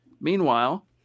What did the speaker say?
Meanwhile